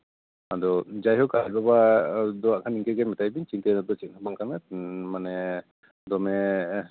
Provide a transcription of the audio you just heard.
ᱟᱫᱚ ᱡᱟᱭᱦᱳᱠ ᱟᱡ ᱵᱟᱵᱟ ᱫᱚ ᱦᱟᱸᱜ ᱤᱱᱠᱟᱹᱜᱮ ᱢᱮᱛᱟᱭ ᱵᱤᱱ ᱡᱮᱸ ᱪᱤᱱᱛᱟᱹ ᱨᱮᱱᱟᱜ ᱫᱚ ᱪᱮᱫ ᱦᱚᱸ ᱵᱟᱝ ᱠᱟᱱᱟ ᱢᱟᱱᱮ ᱫᱚᱢᱮ